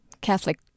Catholic